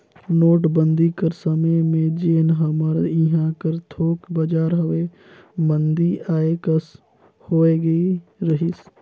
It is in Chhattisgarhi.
नोटबंदी कर समे में जेन हमर इहां कर थोक बजार हवे मंदी आए कस होए गए रहिस